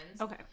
Okay